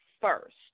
first